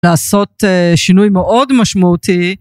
לעשות שינוי מאוד משמעותי.